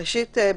ראשית,